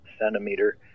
centimeter